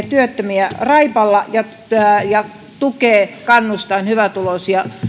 työttömiä raipalla ja tukee kannustaen hyvätuloisia